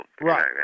Right